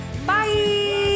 Bye